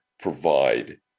provide